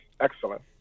excellent